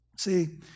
See